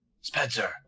Spencer